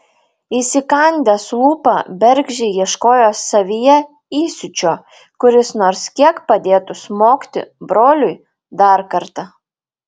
įsikandęs lūpą bergždžiai ieškojo savyje įsiūčio kuris nors kiek padėtų smogti broliui dar kartą